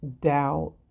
doubt